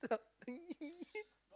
laughing